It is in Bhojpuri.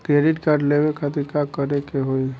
क्रेडिट कार्ड लेवे खातिर का करे के होई?